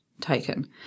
taken